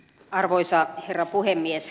arvoisa herra puhemies